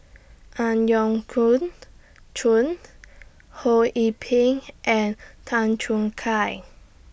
Ang Yau Khoon Choon Ho Yee Ping and Tan Choon Kai